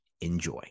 Enjoy